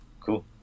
cool